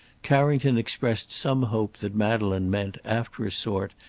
carrington expressed some hope that madeleine meant, after a sort,